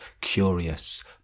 curious